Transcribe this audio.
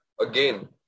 again